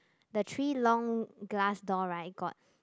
the three long glass door right got